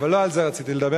אבל לא על זה רציתי לדבר,